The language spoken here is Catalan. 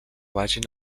vagin